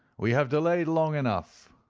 we have delayed long enough.